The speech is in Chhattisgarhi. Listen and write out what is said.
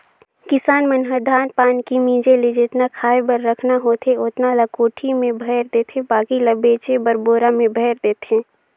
किसान मन ह धान पान के मिंजे ले जेतना खाय बर रखना होथे ओतना ल कोठी में भयर देथे बाकी ल बेचे बर बोरा में भयर देथे